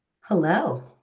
Hello